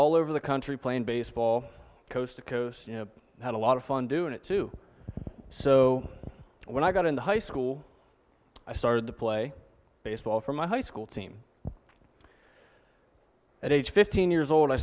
all over the country playing baseball coast to coast you know had a lot of fun doing it too so when i got into high school i started to play baseball for my high school team at age fifteen years old i